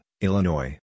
Illinois